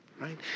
Right